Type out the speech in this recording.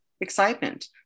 excitement